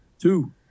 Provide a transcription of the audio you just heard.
Two